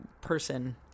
person